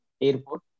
airport